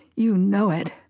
you know it.